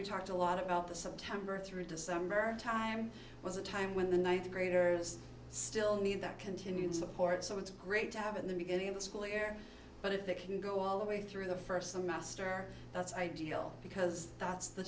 we've talked a lot about the some time or through december time was a time when the th graders still need that continued support so it's great to have in the beginning of the school year but if they can go all the way through the st semester that's ideal because that's the